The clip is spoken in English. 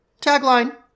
Tagline